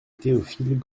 théophile